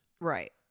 Right